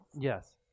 Yes